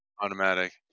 Automatic